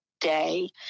day